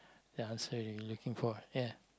ya so you looking for ya